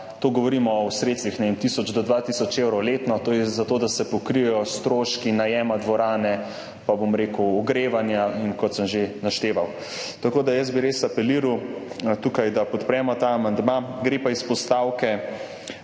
Govorimo o sredstvih, ne vem, tisoč do 2 tisoč evrov letno, to je za to, da se pokrijejo stroški najema dvorane, pa bom rekel, ogrevanja in kot sem že našteval. Tako da bi res apeliral tukaj, da podpremo ta amandma. Gre pa s postavke